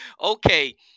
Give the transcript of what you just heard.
Okay